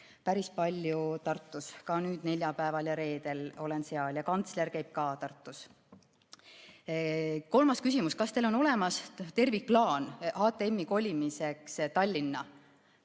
päris palju Tartus, ka nüüd neljapäeval ja reedel olen seal, ja kantsler käib ka Tartus. Kolmas küsimus. Kas teil on olemas tervikplaan HTM-i kolimiseks Tallinna?